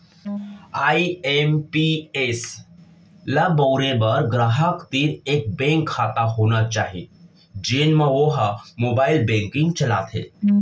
IMPS ल बउरे बर गराहक तीर एक बेंक खाता होना चाही जेन म वो ह मोबाइल बेंकिंग चलाथे